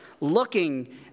looking